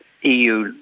EU